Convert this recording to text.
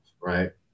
right